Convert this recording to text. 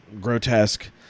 grotesque